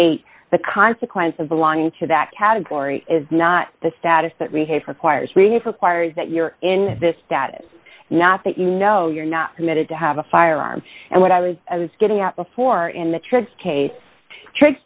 eight the consequence of belonging to that category is not the status that we have requires we have requires that you're in this status not that you know you're not permitted to have a firearm and what i was getting out before in the tricks case tricks